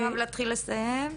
מירב תשתדלי לסיים.